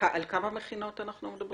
על כמה מכינות מדובר?